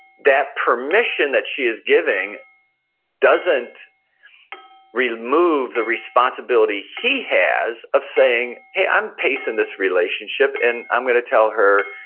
that permission that she is giving doesn't remove the responsibility he has of saying, hey, i'm pacing this relationship. and i'm going to tell her,